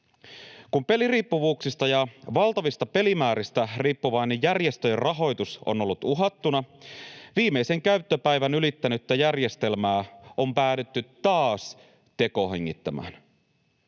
Kun peliriippuvuuksista ja valtavista pelimääristä riippuvainen järjestöjen rahoitus on ollut uhattuna, viimeisen käyttöpäivän ylittänyttä järjestelmää on päädytty taas tekohengittämään.